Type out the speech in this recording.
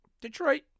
Detroit